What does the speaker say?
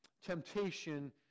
temptation